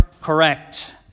correct